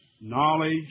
knowledge